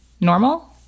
normal